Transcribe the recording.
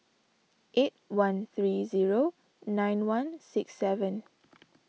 eight one three zero nine one six seven